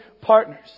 partners